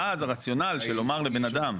ואז הרציונל של לומר לבן אדם,